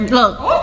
look